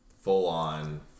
full-on